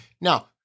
Now